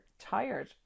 tired